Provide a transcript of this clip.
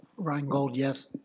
reingold, yes.